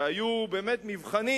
שהיו באמת מבחנים.